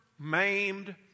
maimed